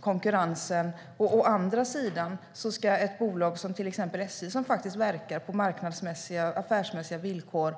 konkurrensen, å andra sidan ställa andra krav på ett bolag som till exempel SJ, som verkar på marknadsmässiga och affärsmässig villkor.